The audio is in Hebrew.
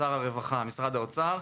שר הרווחה ומשרד האוצר,